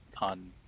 on